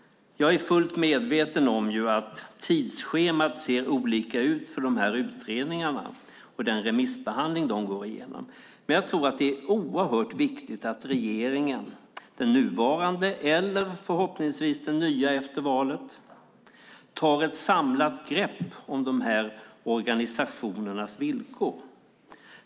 Jag är fullt medveten om att tidsschemat ser olika ut för de olika utredningarna och deras remissbehandling, men jag tror att det är viktigt att regeringen - den nuvarande eller den nya efter valet - tar ett samlat grepp om organisationernas villkor.